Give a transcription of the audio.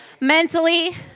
mentally